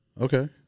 Okay